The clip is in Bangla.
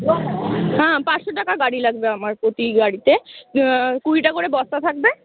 হ্যাঁ পাঁচশো টাকা গাড়ি লাগবে আমার প্রতি গাড়িতে কুড়িটা করে বস্তা থাকবে